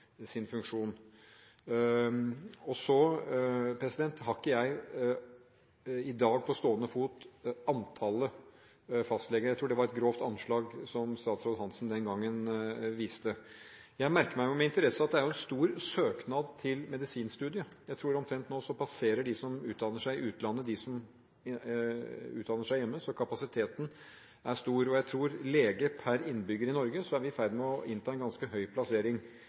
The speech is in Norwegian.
sin funksjon. Jeg har ikke i dag på stående fot antallet fastleger. Jeg tror det var et grovt anslag fra statsråd Hanssen den gangen. Jeg merker meg med interesse at det er stor søknad til medisinstudiet. Jeg tror at omtrent nå passerer de som utdanner seg i utlandet dem som utdanner seg hjemme, så kapasiteten er stor. Jeg tror at når det gjelder lege per innbygger i Norge, er vi i ferd med å innta en ganske høy plassering,